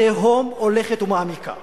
התהום הולכת ומעמיקה